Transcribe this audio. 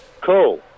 Cool